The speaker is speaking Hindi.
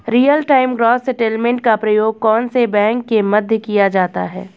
रियल टाइम ग्रॉस सेटलमेंट का प्रयोग कौन से बैंकों के मध्य किया जाता है?